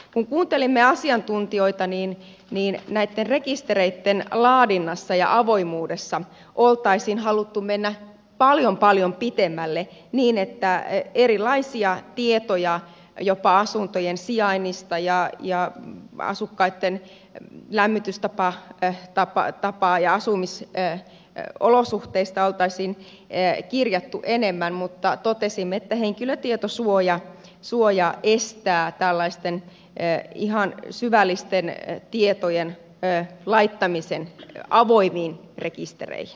kun kuuntelimme asiantuntijoita näitten rekistereitten laadinnassa ja avoimuudessa olisi haluttu mennä paljon paljon pitemmälle niin että erilaisia tietoja jopa asuntojen sijainnista ja asukkaitten lämmitystapa ja asumisolosuhteista oltaisiin kirjattu enemmän mutta totesimme että henkilötietosuoja estää tällaisten ihan syvällisten tietojen laittamisen avoimiin rekistereihin